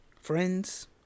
friends